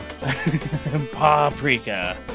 Paprika